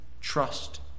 trust